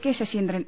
K Saseendran